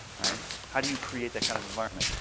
how do you create that kind of environment?